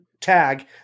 tag